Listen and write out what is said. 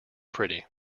pretty